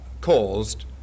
caused